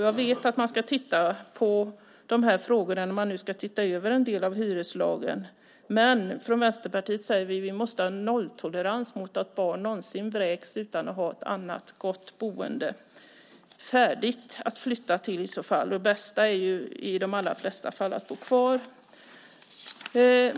Jag vet att man ska titta på de frågorna när man nu ska se över en del av hyreslagen. Men från Vänsterpartiet säger vi att det måste vara nolltolerans mot att barn någonsin vräks utan att ha ett annat gott boende färdigt att flytta till i så fall. Det bästa är i de allra flesta fall att bo kvar.